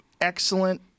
excellent